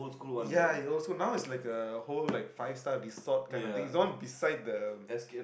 ya it also now is like a whole like five star resort kind of thing is the one beside the